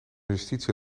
justitie